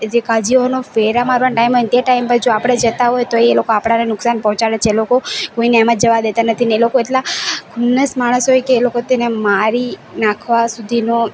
એ જે કાઝીઓનો ફેરા મારવાનો ટાઈમ હોય ને તે ટાઈમ પર જો આપણે જતાં હોઇએ તો એ લોકો આપણને નુકસાન પહોંચાડે છે એ લોકો કોઈને એમ જ જવા દેતા નથી ને એ લોકો એટલા ખુન્નસ માણસ હોય કે એ લોકો તેને મારી નાખવા સુધીનો